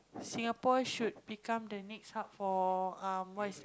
Singapore should become the next hub for um what is that